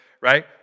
right